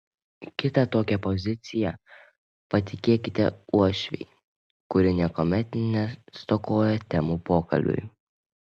kitą tokią poziciją patikėkite uošvei kuri niekuomet nestokoja temų pokalbiui